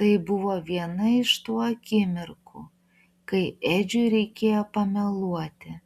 tai buvo viena iš tų akimirkų kai edžiui reikėjo pameluoti